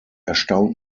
erstaunt